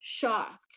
shocked